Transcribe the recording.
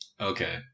Okay